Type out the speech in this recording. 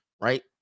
Right